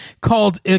Called